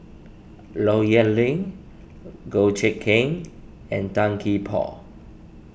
Low Yen Ling Goh Kheng and Tan Gee Paw